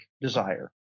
desire